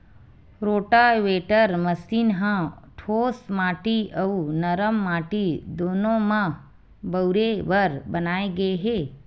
rotavator machine ह ठोस माटी अउ नरम माटी दूनो म बउरे बर बनाए गे हे